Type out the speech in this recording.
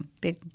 big